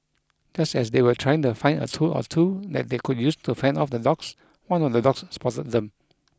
just as they were trying to find a tool or two that they could use to fend off the dogs one of the dogs spotted them